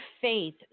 faith